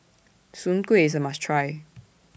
Soon Kuih IS A must Try